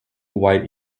white